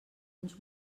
uns